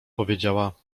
powiedziała